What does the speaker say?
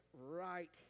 right